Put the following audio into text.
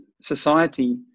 society